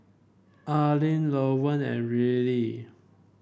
Alleen Lowell and Rillie